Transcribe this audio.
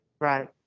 right